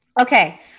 Okay